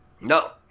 No